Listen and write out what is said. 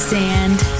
sand